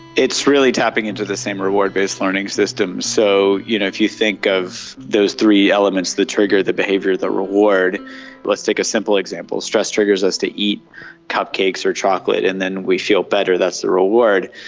it's really tapping into the same reward-based learning systems. so you know if you think of those three elements the trigger, the behaviour, the reward let's take a simple example, stress triggers us to eat cupcakes or chocolate and then we feel better, that's the reward,